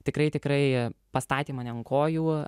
tikrai tikrai pastatė mane ant kojų